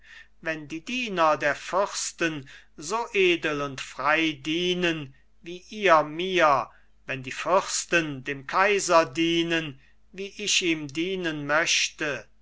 wenn die diener der fürsten so edel und frei dienen wie ihr mir wenn die fürsten dem kaiser dienen wie ich ihm dienen möchte